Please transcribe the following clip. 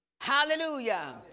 Hallelujah